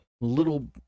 little